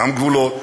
גם גבולות,